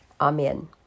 Amen